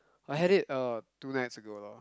I had it uh two nights ago loh